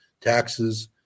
taxes